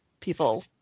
people